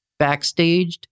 Backstaged